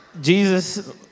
Jesus